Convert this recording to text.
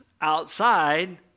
outside